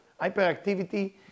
hyperactivity